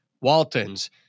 Waltons